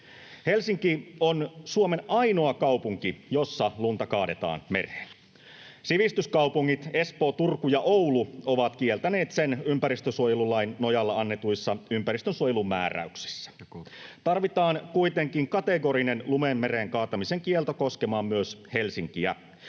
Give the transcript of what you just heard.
Helsinki on Suomen ainoa kaupunki, jossa lunta kaadetaan mereen. Sivistyskaupungit Espoo, Turku ja Oulu ovat kieltäneet sen ympäristönsuojelulain nojalla annetuissa ympäristönsuojelumääräyksissä. Tarvitaan kuitenkin kategorinen lumen mereen kaatamisen kielto koskemaan myös Helsinkiä,